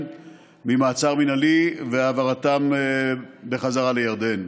ממעצר מינהלי והעברתם בחזרה לירדן,